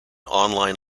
online